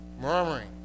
murmuring